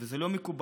זה לא מקובל,